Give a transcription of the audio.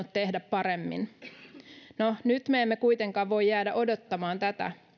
tehdä paremmin no nyt me emme kuitenkaan voi jäädä odottamaan tätä